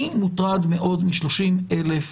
אני מוטרד מאוד מ-30 אלף